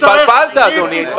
התבלבלת אדוני.